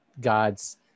god's